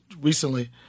recently